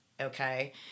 okay